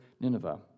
Nineveh